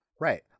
Right